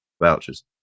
vouchers